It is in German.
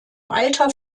alter